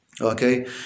okay